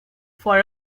for